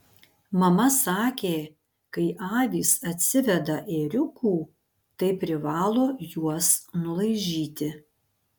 mama sakė kai avys atsiveda ėriukų tai privalo juos nulaižyti